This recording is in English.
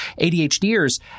ADHDers